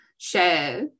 share